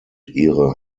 ihre